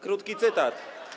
Krótki cytat.